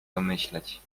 domyśleć